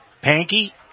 Panky